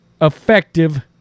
Effective